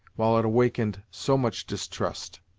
while it awakened so much distrust.